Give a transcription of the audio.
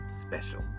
special